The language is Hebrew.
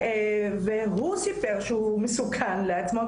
הוא סיפר שהוא מסוכן לעצמו,